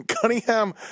Cunningham